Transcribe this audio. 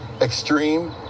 extreme